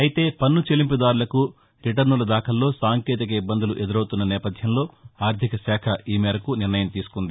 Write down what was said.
అయితే పన్ను చెల్లింపుదారులకు రిటర్నుల దాఖలులో సాంకేతిక ఇబ్బందులు ఎదురవుతున్న నేపథ్యంలో ఆర్థిక శాఖ ఈ మేరకు నిర్ణయం తీసుకుంది